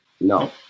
no